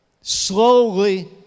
Slowly